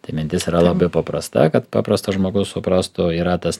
tai mintis yra labai paprasta kad paprastas žmogus suprastų yra tas